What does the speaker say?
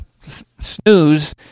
snooze